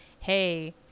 hey